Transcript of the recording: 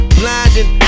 blinding